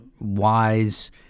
wise